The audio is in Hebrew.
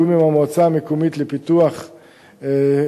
בתיאום עם המועצה המקומית, על פיתוח ושיווק,